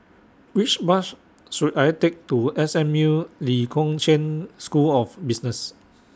Which Bus should I Take to S M U Lee Kong Chian School of Business